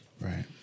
Right